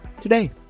today